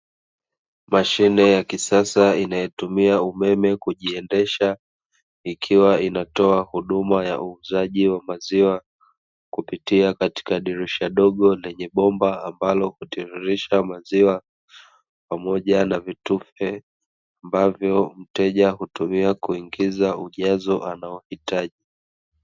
Mashine ya kisasa inayotumia umeme kujiendesha ikiwa inatoa huduma ya uuzaji wa maziwa, kupitia katika dirisha dogo lenye bomba ambalo hutiririsha maziwa, pamoja na vitufe ambavyo mteja hutumia kuingiza ujazo anaohitaji.